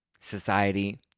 society